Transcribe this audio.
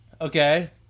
Okay